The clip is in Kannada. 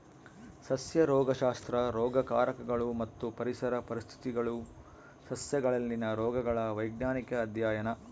ಸಸ್ಯ ರೋಗಶಾಸ್ತ್ರ ರೋಗಕಾರಕಗಳು ಮತ್ತು ಪರಿಸರ ಪರಿಸ್ಥಿತಿಗುಳು ಸಸ್ಯಗಳಲ್ಲಿನ ರೋಗಗಳ ವೈಜ್ಞಾನಿಕ ಅಧ್ಯಯನ